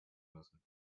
müssen